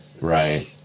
right